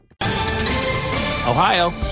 Ohio